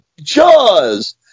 Jaws